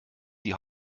die